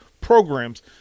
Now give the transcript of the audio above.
programs